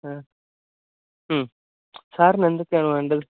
ആ ഉം സാറിന് എന്തൊക്കെയാണ് വേണ്ടത്